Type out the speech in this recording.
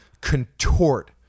contort